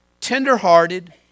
tenderhearted